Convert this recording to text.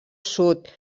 sud